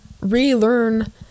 relearn